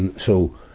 and so,